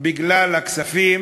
בגלל הכספים